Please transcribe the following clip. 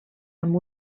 amb